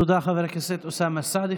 תודה, חבר הכנסת אוסאמה סעדי.